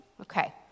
Okay